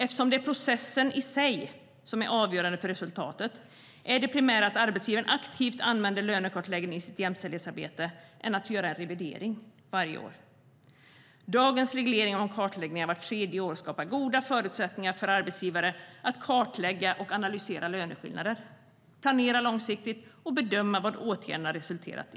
Eftersom det är processen i sig som är avgörande för resultatet är det primära att arbetsgivaren aktivt använder lönekartläggning i sitt jämställdhetsarbete, inte att göra en revidering varje år. Dagens reglering om kartläggningar vart tredje år skapar goda förutsättningar för arbetsgivare att kartlägga och analysera löneskillnader, planera långsiktigt och bedöma vad åtgärderna resulterat i.